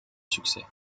succès